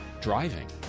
driving